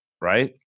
right